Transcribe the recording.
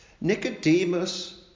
Nicodemus